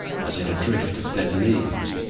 as in a drift of dead leaves.